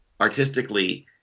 artistically